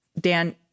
Dan